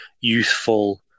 youthful